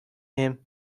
him